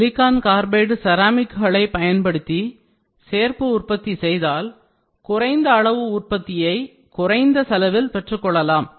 silicon carbide செராமிக்களைப் பயன்படுத்தி சேர்க்கை உற்பத்தி செய்தால் குறைந்த அளவு உற்பத்தியை குறைந்த செலவில் பெற்றுக்கொள்ளலாம்